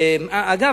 ואגב,